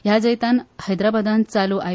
ह्या जैतान हैद्राबादान चालु आय